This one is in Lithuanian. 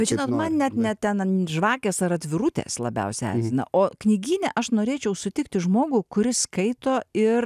bet žinot man net ne ten žvakės ar atvirutės labiausiai erzina o knygyne aš norėčiau sutikti žmogų kuris skaito ir